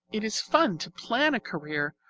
it is fun to plan a career,